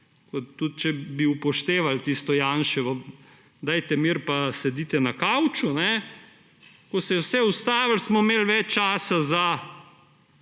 Tudi če bi upoštevali tisto Janševo, »dajte mir, pa sedite na kavču«, ko se je vse ustavilo, smo imeli več časa za